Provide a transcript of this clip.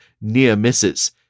near-misses